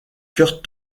kurt